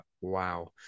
wow